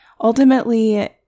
Ultimately